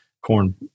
Corn